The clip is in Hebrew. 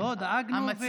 לא, דאגנו ועוד נדאג.